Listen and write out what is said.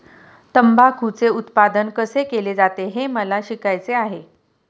तंबाखूचे उत्पादन कसे केले जाते हे मला शिकायचे आहे